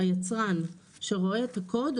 היצרן שרואה את הקוד,